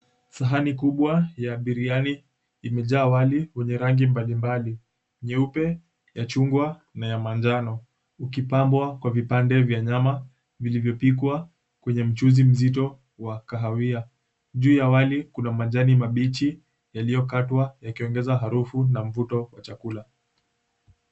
Sahani kubwa ya biriani imejaa wali wenye rangi mbalimbali, nyeupe, ya chungwa na ya manjano. Ukipambwa kwa vipande vya nyama vilivyopigwa kwenye mchuzi mzito wa kahawia. Juu ya wali kuna majani mabichi yaliyokatwa yakiongeza harufu na mvuto wa chakula.